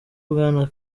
bwana